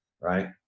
right